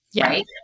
right